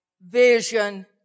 vision